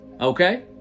okay